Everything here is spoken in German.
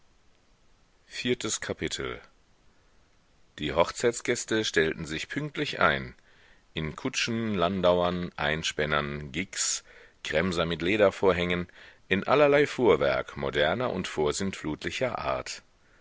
viertes kapitel die hochzeitsgäste stellten sich pünktlich ein in kutschen landauern einspännern gigs kremsern mit ledervorhängen in allerlei fuhrwerk moderner und vorsintflutlicher art